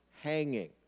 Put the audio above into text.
hanging